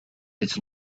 its